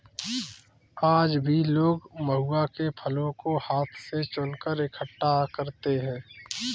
आज भी लोग महुआ के फलों को हाथ से चुनकर इकठ्ठा करते हैं